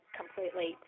completely